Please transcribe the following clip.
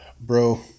Bro